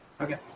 okay